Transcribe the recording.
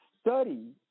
study